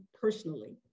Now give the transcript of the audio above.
personally